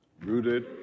Rooted